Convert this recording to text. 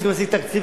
צריך לעשות תקציב,